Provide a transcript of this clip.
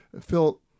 Phil